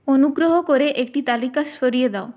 অনুগ্রহ করে একটি তালিকা সরিয়ে দাও